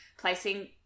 Placing